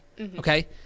okay